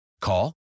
Call